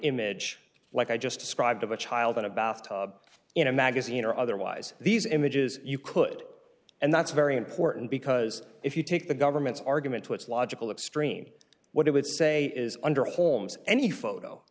image like i just described of a child in a bath tub in a magazine or otherwise these images you could and that's very important because if you take the government's argument to its logical extreme what it would say is under holmes any photo